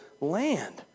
land